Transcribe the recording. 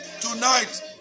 tonight